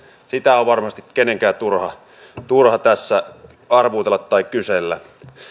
sitä on varmasti kenenkään turha turha tässä arvuutella tai kysellä